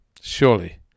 surely